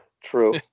true